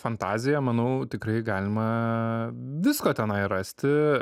fantazija manau tikrai galima visko tenai rasti